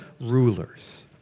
rulers